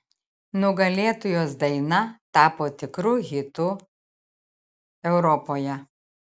nugalėtojos daina tapo tikru hitu europoje